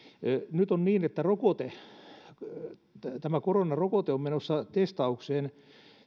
nyt on niin että koronarokote on menossa testaukseen